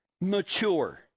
mature